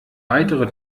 weitere